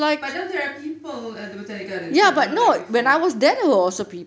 but now there are people at the botanic gardens kan not like before